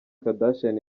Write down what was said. kardashian